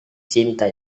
cinta